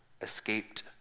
escaped